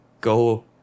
go